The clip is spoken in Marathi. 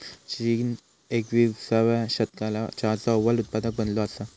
चीन एकविसाव्या शतकालो चहाचो अव्वल उत्पादक बनलो असा